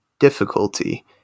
difficulty